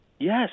Yes